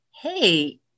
hey